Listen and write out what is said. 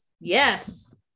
Yes